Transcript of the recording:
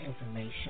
information